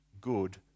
good